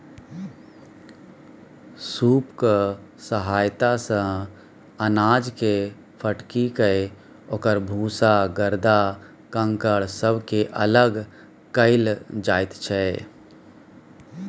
सूपक सहायता सँ अनाजकेँ फटकिकए ओकर भूसा गरदा कंकड़ सबके अलग कएल जाइत छै